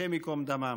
השם ייקום דמם,